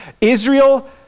Israel